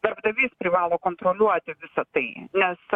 darbdavys privalo kontroliuoti visa tai nes